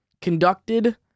conducted